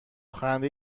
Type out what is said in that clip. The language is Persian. خنده